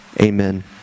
amen